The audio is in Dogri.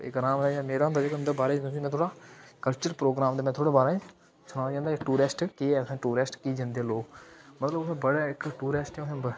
इक रामराइयें दा मेला होंदा जेह्का उं'दे बारै च तु'सें ई में थोह्ड़ा कल्चरल प्रोग्राम दे में थोह्ड़ा बारै सनाना चांह्दा टूरिस्ट केह् ऐ उत्थै टूरिस्ट कीह् जंदे लोग मतलब उत्थै बड़ा ऐ इक टूरिस्ट जो हैं ब